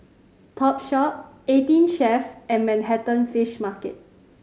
Topshop Eighteen Chef and Manhattan Fish Market